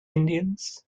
indians